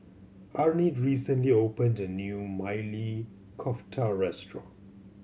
Arnett recently opened a new Maili Kofta Restaurant